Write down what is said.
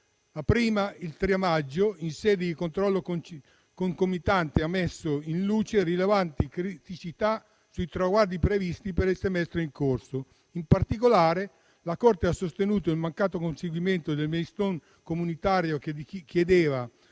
il 3 maggio, in sede di controllo concomitante, ha messo in luce rilevanti criticità sui traguardi previsti per il semestre in corso. In particolare, la Corte ha sostenuto il mancato conseguimento del *milestone* comunitario che chiedeva